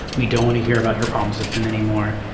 we don't want to hear about your problems of him anymore.